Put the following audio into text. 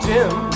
Jim